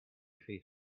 feet